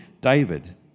David